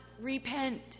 repent